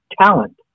talent